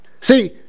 See